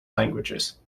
languages